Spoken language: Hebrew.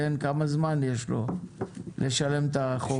כמה זמן יש לו לשלם את החוב הזה?